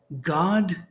God